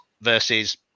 versus